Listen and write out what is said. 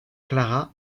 clara